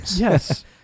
Yes